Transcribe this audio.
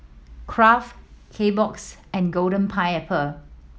Kraft Kbox and Golden Pineapple